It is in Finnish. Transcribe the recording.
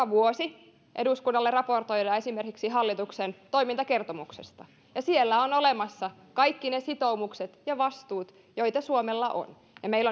vuosi eduskunnalle raportoidaan esimerkiksi hallituksen toimintakertomuksesta siellä on olemassa kaikki ne sitoumukset ja vastuut joita suomella on meillä on